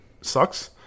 sucks